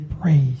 praise